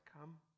come